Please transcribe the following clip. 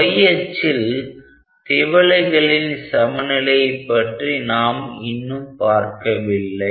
yஅச்சில் திவலைகளின் சமநிலையைப் பற்றி நாம் இன்னும் பார்க்கவில்லை